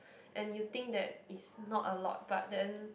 and you think that it's not a lot but then